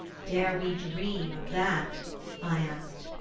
dare we dream of that i asked,